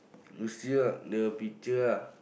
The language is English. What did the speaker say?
you see ah the picture ah